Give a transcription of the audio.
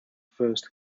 first